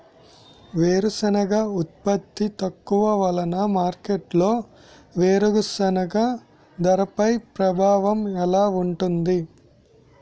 వేరుసెనగ ఉత్పత్తి తక్కువ వలన మార్కెట్లో వేరుసెనగ ధరపై ప్రభావం ఎలా ఉంటుంది?